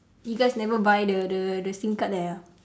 you guys never buy the the the SIM card there ah